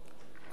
כבוד סגן השר,